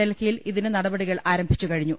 ഡൽഹിയിൽ ഇതിന് നടപടികൾ ആ രംഭിച്ചു കഴിഞ്ഞു